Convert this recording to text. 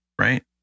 right